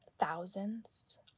thousands